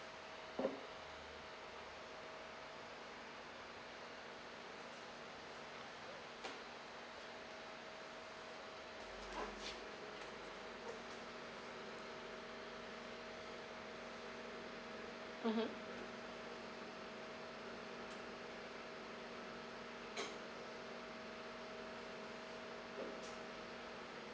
mmhmm